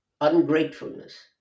ungratefulness